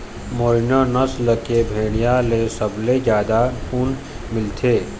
merino नसल के भेड़िया ले सबले जादा ऊन मिलथे